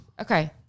Okay